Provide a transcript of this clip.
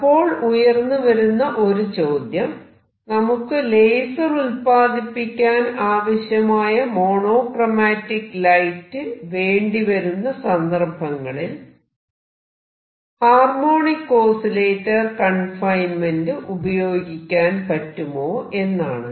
അപ്പോൾ ഉയർന്നു വരുന്ന ഒരു ചോദ്യം നമുക്ക് ലേസർ ഉത്പാദിപ്പിക്കാൻ ആവശ്യമായ മോണോക്റോമാറ്റിക് ലൈറ്റ് വേണ്ടി വരുന്ന സന്ദർഭങ്ങളിൽ ഹാർമോണിക് ഓസിലേറ്റർ കൺഫൈൻമെന്റ് ഉപയോഗിക്കാൻ പറ്റുമോ എന്നാണ്